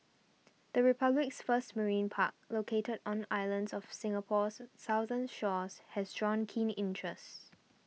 the Republic's first marine park located on islands off Singapore's southern shores has drawn keen interest